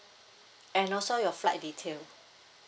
and also your flight detail